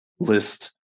list